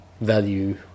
value